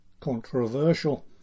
controversial